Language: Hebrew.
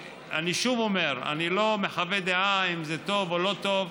אני שוב אומר: אני לא מחווה דעה אם זה טוב או לא טוב,